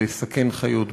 לסכן חיות בר.